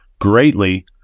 greatly